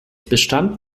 bestand